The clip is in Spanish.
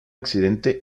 accidente